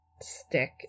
stick